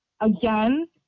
again